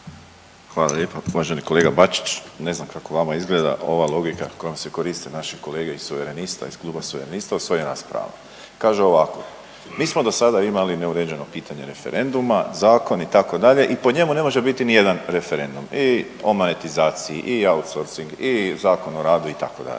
Hvala lijepa. Uvaženi kolega Bačić, ne znam kako vama izgleda ova logika kojom se koriste naše kolege iz Suverenista, iz Kluba Suverenista u svojim raspravama. Kažu ovako, mi smo dosada imali neuređeno pitanje referenduma, zakon itd. i po njemu ne može biti nijedan referendum i o manitizaciji i outsorsing i Zakon o radu itd.